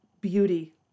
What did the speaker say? beauty